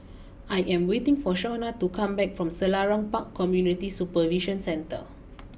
I am waiting for Shaunna to come back from Selarang Park Community Supervision Centre